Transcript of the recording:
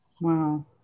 Wow